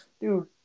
dude